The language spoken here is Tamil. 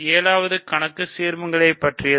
7 வது கணக்கு சீர்மங்களைப் பற்றியது